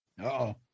-oh